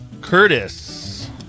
Curtis